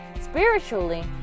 spiritually